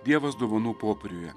dievas dovanų popieriuje